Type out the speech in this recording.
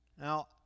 Now